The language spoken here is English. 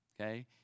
okay